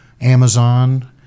Amazon